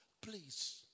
Please